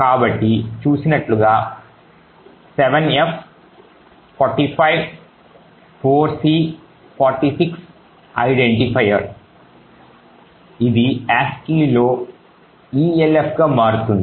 కాబట్టి చూసినట్లుగా 7f 45 4c 46 identifier ఇది ASCIIలో elf గా మారుతుంది